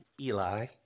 Eli